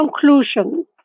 conclusion